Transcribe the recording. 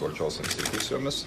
valdžios institucijomis